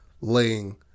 laying